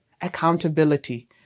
accountability